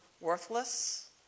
worthless